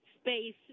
space